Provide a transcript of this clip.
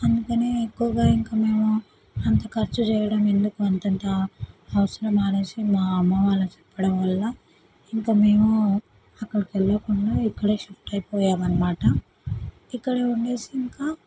అందుకనే ఎక్కువగా ఇంకా మేము అంత ఖర్చు చేయడం ఎందుకు అంతంత అవసరమా అనేసి మా అమ్మ వాళ్ళకి చెప్పడం వల్ల ఇంకా మేము అక్కడికి వెళ్ళకుండా ఇక్కడే షిఫ్ట్ అయిపోయాము అన్నమాట ఇక్కడే ఉండేసి ఇంకా